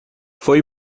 foi